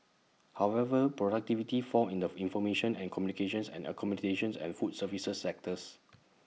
however productivity fell in the information and communications and accommodations and food services sectors